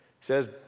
says